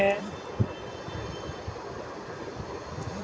दो नंबर खिड़की पर खाता बदलने का काम होता है